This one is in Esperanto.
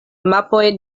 mapoj